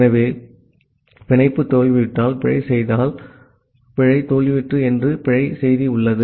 ஆகவே பிணைப்பு தோல்வியுற்றால் பிழை செய்தால் பிழை தோல்வியுற்றது என்று பிழை செய்தி உள்ளது